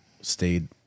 stayed